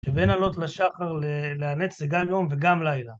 שבין עלות לשחר להנץ זה גם יום וגם לילה.